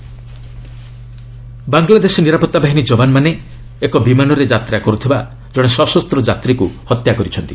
Bangladesh hijack Bangladesh ନିରାପତ୍ତା ବାହିନୀ ଯବାନମାନେ ଏକ ବିମାନରେ ଯାତ୍ରା କର୍ତ୍ଥିବା ଜଣେ ସଶସ୍ତ ଯାତ୍ରୀକୁ ହତ୍ୟା କରିଛନ୍ତି